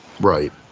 Right